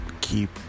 Keep